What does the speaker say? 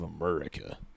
America